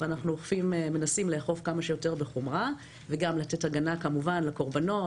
ואנחנו מנסים לאכוף כמה שיותר בחומרה וגם לתת הגנה כמובן לקורבנות,